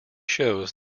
shows